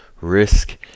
risk